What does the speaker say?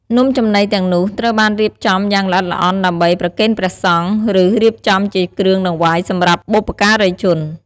នំចំណីទាំងនោះត្រូវបានរៀបចំយ៉ាងល្អិតល្អន់ដើម្បី ប្រគេនព្រះសង្ឃ ឬរៀបចំជាគ្រឿងដង្វាយសម្រាប់បុព្វការីជន។